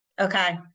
Okay